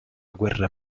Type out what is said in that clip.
guerra